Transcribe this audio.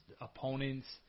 opponents